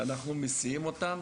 אנחנו מסיעים אותם